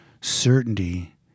Certainty